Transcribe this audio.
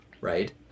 right